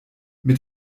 mit